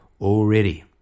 Already